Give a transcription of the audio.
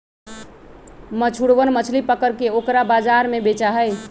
मछुरवन मछली पकड़ के ओकरा बाजार में बेचा हई